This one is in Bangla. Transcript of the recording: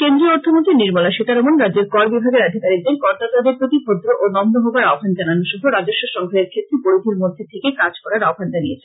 কেন্দ্রীয় অর্থমন্ত্রী নির্মলা সীতারমন রাজ্যের কর বিভাগের আধিকারীকদের করদাতাদের প্রতি ভদ্র ও নম্র হবার আহ্বান জানানো সহ রাজস্ব সংগ্রহের ক্ষেত্রে পরিধির মধ্যে থেকে কাজ করার আহ্বান জানিয়েছেন